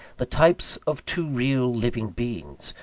the types of two real living beings,